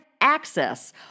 access